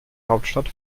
hauptstadt